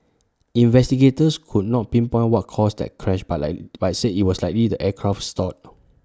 investigators could not pinpoint what caused that crash but I but I said IT was likely the aircraft stalled